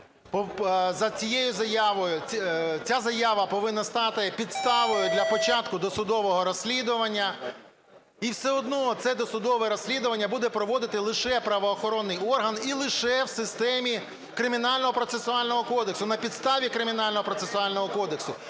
За цією заявою… Ця заява повинна стати підставою для початку досудового розслідування. І все одно це досудове розслідування буде проводити лише правоохоронний орган і лише в системі Кримінального процесуального кодексу, на підставі Кримінального процесуального кодексу,